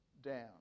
down